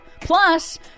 Plus